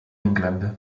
england